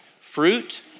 fruit